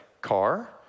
car